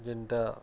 ଯେନ୍ଟା